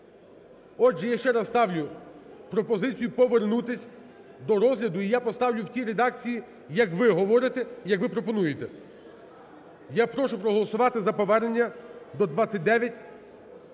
Отже я ще раз ставлю пропозицію повернутися до розгляду, і я поставлю в тій редакції, як ви говорите, як ви пропонуєте. Я прошу проголосувати за повернення до 2985,